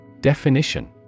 Definition